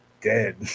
dead